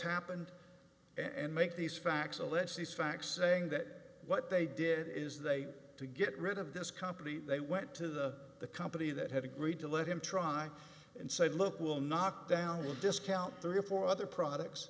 alleged these facts saying that what they did is they to get rid of this company they went to the the company that had agreed to let him try and said look we'll knock down the discount three or four other products